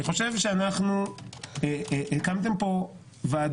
אני חושב שהקמתם פה ועדה,